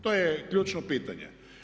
To je ključno pitanje.